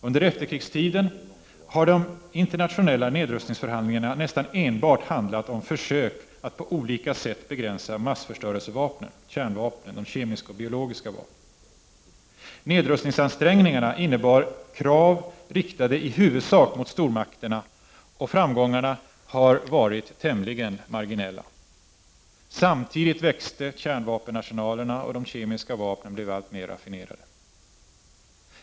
Under efterkrigstiden har de internationella nedrustningsförhandlingarna nästan enbart handlat om försök att på olika sätt begränsa massförstörelsevapnen — kärnvapnen, de kemiska och biologiska vapnen. Nedrustningsansträngningarna innebar krav riktade i huvudsak mot stormakterna, och framgångarna har varit tämligen marginella. Samtidigt växte kärnvapenarsenalerna, och de kemiska vapnen blev alltmer raffinerade.